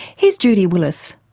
here's judy willis.